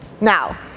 now